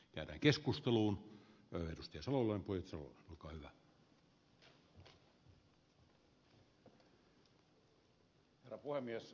käydään keskusteluun reilusti suolan pois herra puhemies